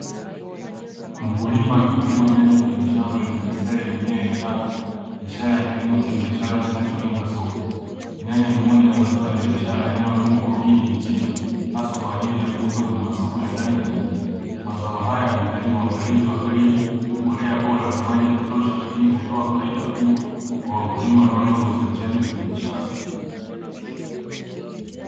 Mkulima akikagua nyanya kwenye shamba lenye mistari ya mimea yenye afya ishara ya kilimo cha biashara kinacholenga soko nyanya ni moja ya mazao ya biashara yanayolimwa kwa wingi nchini hasa kwa ajili ya kuuza kwenye masoko ya ndani na nje mazao haya huhitaji uangalizi wa karibu mbolea bora na maji ya kutosha lakini kutoa faida kubwa kwa wakulima wanaolenga uzalishaji wa kibiashara.